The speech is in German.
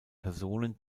personen